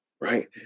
Right